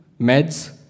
meds